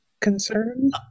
Concern